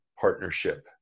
partnership